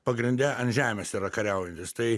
pagrinde ant žemės yra kariaujantys tai